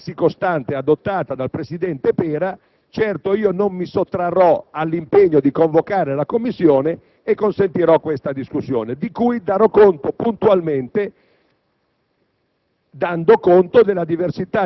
se il Presidente vorrà adottare la prassi costantemente adottata dal presidente Pera, certo non mi sottrarrò all'impegno di convocare la Commissione e consentirò questa discussione, di cui darò conto puntualmente,